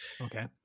Okay